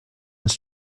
ins